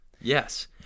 Yes